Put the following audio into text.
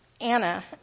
Anna